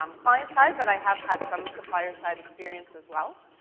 um client side, but i have had some supplier side experience as well.